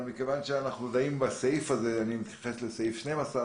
אבל מכיוון שאנחנו דנים בסעיף הזה אני מתייחס לסעיף 12